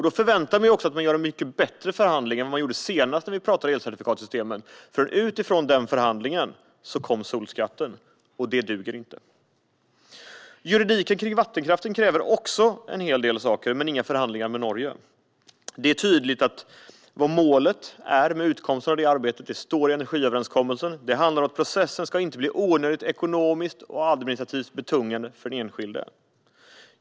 Jag förväntar mig också att man gör en mycket bättre förhandling än man gjorde senast när det handlar om elcertifikatssystemet. Utifrån den förhandlingen kom nämligen solskatten, och det duger inte. Juridiken kring vattenkraften kräver också en hel del saker, men inga förhandlingar med Norge. Det är tydligt vad målet är för utkomsten av det arbetet. Det står i energiöverenskommelsen. Det handlar om att processen inte ska bli onödigt ekonomiskt och administrativt betungande för den enskilde.